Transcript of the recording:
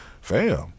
fam